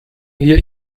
hier